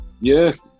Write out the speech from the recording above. yes